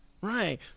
Right